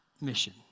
mission